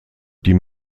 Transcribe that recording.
die